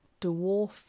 dwarf